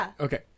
Okay